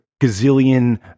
gazillion